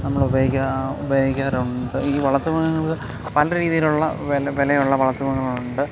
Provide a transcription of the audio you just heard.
നമ്മൾ ഉപയോഗിക്കാറുണ്ട് ഉപയോഗിക്കാറുണ്ട് ഈ വളർത്തുമൃഗങ്ങൾ പല രീതിയിലുള്ള വില വിലയുള്ള വളർത്തുമൃഗങ്ങളുണ്ട്